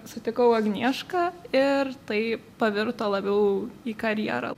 sutikau agniešką ir tai pavirto labiau į karjerą